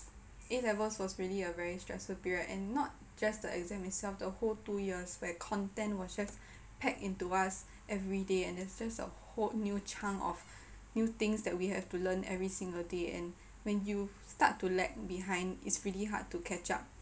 A'levels was really a very stressful period and not just the exam itself the whole two years where content was just packed into us everyday and it's just a whole new chunk of new things that we have to learn every single day when you start to lag behind it's really hard to catch up